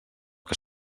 que